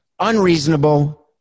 Unreasonable